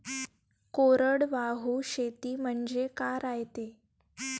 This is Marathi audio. कोरडवाहू शेती म्हनजे का रायते?